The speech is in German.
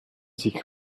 sich